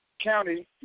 County